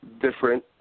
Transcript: different